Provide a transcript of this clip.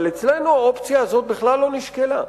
אבל אצלנו האופציה הזאת בכלל לא נשקלה,